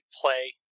Play